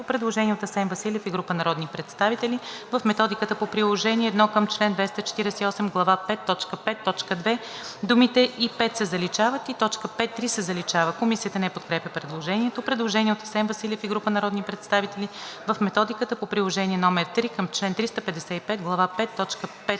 Предложение от Асен Василев и група народни представители: „В Методиката по Приложение № 1 към чл. 248, глава V, т. 5.2 думите „и 5“ се заличават и т. 5.3 се заличава.“ Комисията не подкрепя предложението. Предложение от Асен Василев и група народни представители: „В Методиката по Приложение № 3 към чл. 355, глава 5,